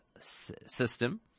system